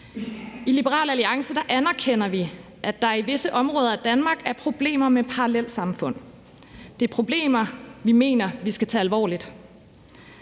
I Liberal Alliance anerkender vi, at der i visse områder af Danmark er problemer med parallelsamfund. Det er problemer, vi mener vi skal tage alvorligt.